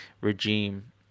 regime